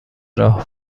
راه